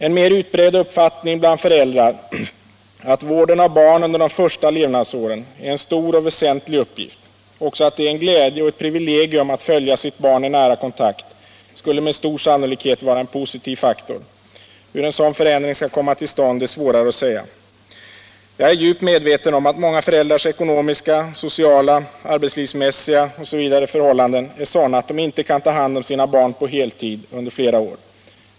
En mer utbredd uppfattning bland föräldrar att vården av barn under de första levnadsåren är en stor och väsentlig uppgift, och att det är en glädje och ett privilegium att följa sitt barn i nära kontakt, skulle med stor sannolikhet vara en positiv faktor. Hur en sådan förändring skall komma till stånd är svårare att säga. Jag är djupt medveten om att många föräldrars ekonomiska, sociala, arbetslivsmässiga och andra förhållanden är sådana att de inte kan ta hand om sina barn på heltid under flera år.